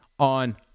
on